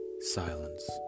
silence